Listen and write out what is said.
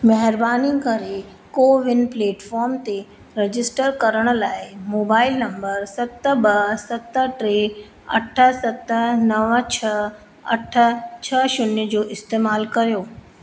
महिरबानी करे CoWIN platform ते रजिस्टर करण लाइ मोबाइल नंबर सत ॿ सत टे अठ सत नव छह अठ छह शून्य जो इस्तेमाल कयो